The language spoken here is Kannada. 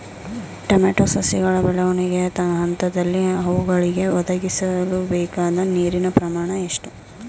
ಟೊಮೊಟೊ ಸಸಿಗಳ ಬೆಳವಣಿಗೆಯ ಹಂತದಲ್ಲಿ ಅವುಗಳಿಗೆ ಒದಗಿಸಲುಬೇಕಾದ ನೀರಿನ ಪ್ರಮಾಣ ಎಷ್ಟು?